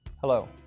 Hello